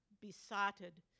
besotted